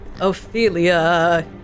Ophelia